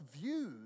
views